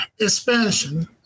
expansion